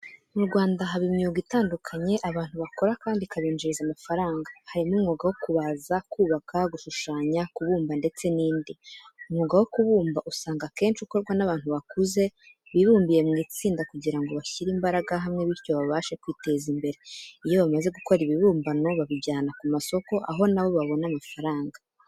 Mu Rwanda haba imyuga itandukanye abantu bakora kandi ikabinjiriza amafaranga, harimo umwuga wo kubaza, kubaka, gushushanya, kubumba, ndetse n'indi. Umwuga wo kubumba usanga akenshi ukorwa n'abantu bakuze bibumbiye mw'itsinda kugira ngo bashyire imbaraga hamwe bityo babashe kwiteza imbere. Iyo bamaze gukora ibibumbano babijyana ku masoko aho nabo babona amafaranga.